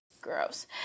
Gross